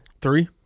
Three